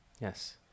Yes